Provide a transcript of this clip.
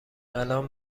الان